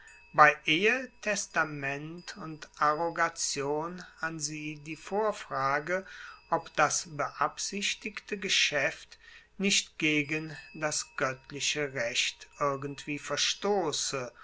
bei ehe testament und arrogation an sie die vorfrage ob das beabsichtigte geschaeft nicht gegen das goettliche recht irgendwie verstosse